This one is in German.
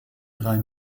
drei